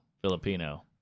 Filipino